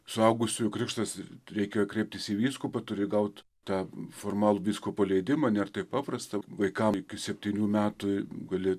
suaugusiųjų krikštas reikia kreiptis į vyskupą turi gaut tą formalų vyskupo leidimą nėr taip paprasta vaikam iki septynių metų gali